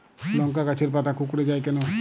লংকা গাছের পাতা কুকড়ে যায় কেনো?